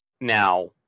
Now